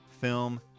film